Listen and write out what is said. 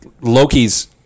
Loki's